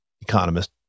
economist